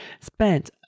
spent